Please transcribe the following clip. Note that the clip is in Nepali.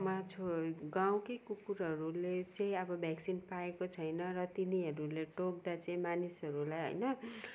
मा छोड गाउँकै कुकुरहरूले चाहिँ अब भ्याक्सिन पाएको छैन त तिनीहरूले टोक्दा चाहिँ मानिसहरूलाई होइन